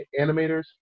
animators